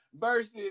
versus